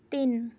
ਤਿੰਨ